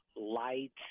light